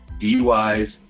DUIs